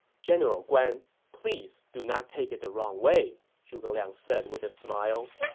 general guan, please do not take it the wrong way, zhuge liang said with a smile.